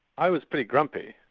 i was pretty grumpy,